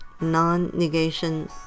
non-negation